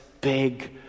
big